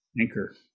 anchor